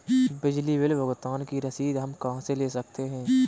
बिजली बिल भुगतान की रसीद हम कहां से ले सकते हैं?